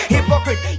Hypocrite